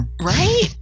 Right